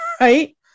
right